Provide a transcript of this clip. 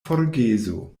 forgeso